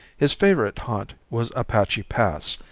his favorite haunt was apache pass,